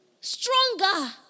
Stronger